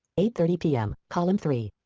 eight thirty pm, column three.